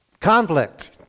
Conflict